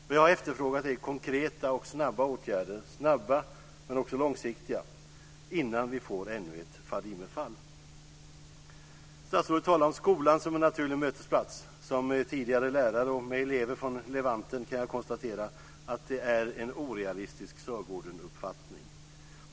Vad jag har efterfrågat är konkreta och snabba åtgärder - snabba men också långsiktiga - innan vi får ännu ett Fadimefall. Statsrådet talar om skolan som en naturlig mötesplats. Som tidigare lärare med elever från Levanten kan jag konstatera att det är en orealistisk Sörgårdenuppfattning.